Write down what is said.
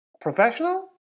professional